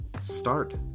start